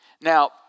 Now